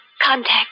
Contact